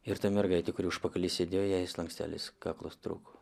ir ta mergaitė kuri užpakaly sėdėjo jai slankstelis kaklo trūko